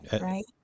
right